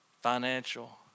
financial